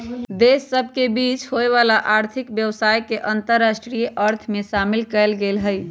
देश सभ के बीच होय वला आर्थिक व्यवसाय के अंतरराष्ट्रीय अर्थ में शामिल कएल गेल हइ